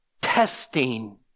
testing